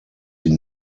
die